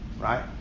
right